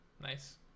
Nice